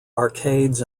arcades